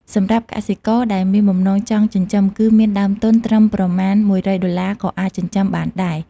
សម្រាប់កសិករដែលមានបំណងចង់ចិញ្ចឹម គឺមានដើមទុនត្រឹមប្រមាណ១០០ដុល្លារ ក៏អាចចិញ្ចឹមបានដែរ។